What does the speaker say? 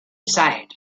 side